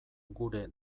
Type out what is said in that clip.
gure